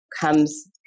comes